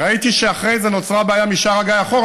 ראיתי שאחרי זה נוצרה בעיה משער הגיא אחורה,